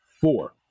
four